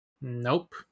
Nope